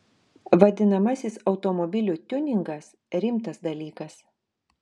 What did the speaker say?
vadinamasis automobilių tiuningas rimtas dalykas